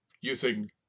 using